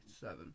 Seven